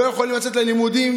לא יכולים לצאת ללימודים,